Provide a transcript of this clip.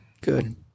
good